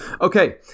Okay